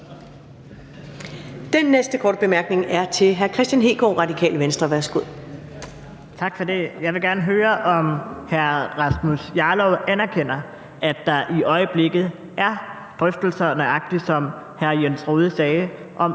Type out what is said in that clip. Den næste korte bemærkning er til hr. Kristian Hegaard, Radikale Venstre. Værsgo. Kl. 15:54 Kristian Hegaard (RV): Tak for det. Jeg vil gerne høre, om hr. Rasmus Jarlov anerkender, at der i øjeblikket er drøftelser, nøjagtig som hr. Jens Rohde sagde, om,